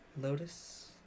Lotus